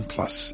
Plus